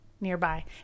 nearby